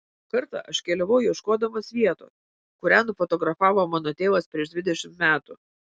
kartą aš keliavau ieškodamas vietos kurią nufotografavo mano tėvas prieš dvidešimt metų